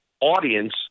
audience